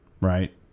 right